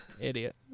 Idiot